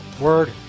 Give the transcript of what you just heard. word